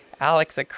Alex